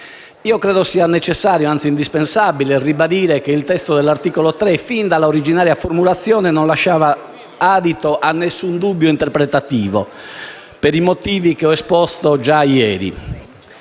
Credo sia necessario, anzi indispensabile, ribadire che il testo dell'articolo 3, fin dall'originaria formulazione, non lasciava adito ad alcun dubbio interpretativo, per i motivi che ho esposto già ieri.